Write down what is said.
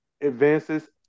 advances